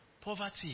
poverty